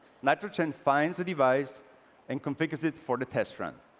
nitrogen finds the device and configures it for the test run.